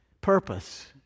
purpose